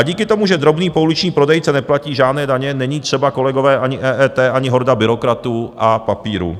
Díky tomu, že drobný pouliční prodejce neplatí žádné daně, není třeba, kolegové, EET ani horda byrokratů a papíru.